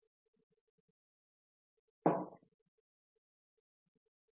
एक हे HVH model